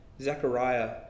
Zechariah